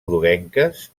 groguenques